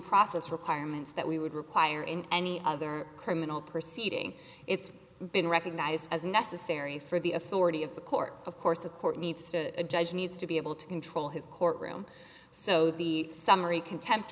requirements that we would require in any other criminal proceeding it's been recognized as necessary for the authority of the court of course the court needs to a judge needs to be able to control his courtroom so the summary contempt